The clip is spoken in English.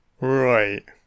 Right